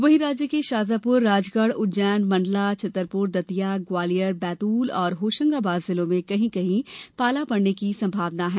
वहीं राज्य के शाजापुर राजगढ उज्जैन मंडला छतरपुर दतिया ग्वालियर बैतूल और होशंगाबाद जिलों में कहीं कहीं पाला पड़ने की भी संभावना है